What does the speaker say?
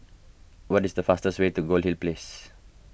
what is the faster way to Goldhill Place